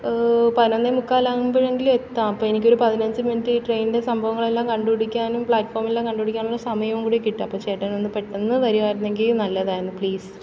പതിനൊന്നേ മുക്കാലാകുമ്പോഴെങ്കിലും എത്താം അപ്പോൾ എനിക്കൊരു പതിനഞ്ചു മിനിറ്റ് ട്രെയിനിൻ്റെ സംഭവങ്ങളെല്ലാം കണ്ടുപിടിക്കാനും പ്ലാറ്റ്ഫോമെല്ലാം കണ്ടുപിടിക്കാനുള്ള സമയവും കൂടി കിട്ടും അപ്പോൾ ചേട്ടനൊന്ന് പെട്ടെന്നു വരുമായിരുന്നെങ്കിൽ നല്ലതായിരുന്നു പ്ലീസ്